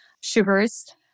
sugars